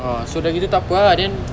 ah so dah gitu takpe ah then